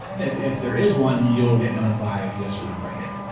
if if there is one you'll get notified yes or no right here.